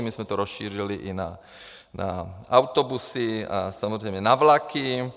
My jsme to rozšířili i na autobusy a samozřejmě na vlaky.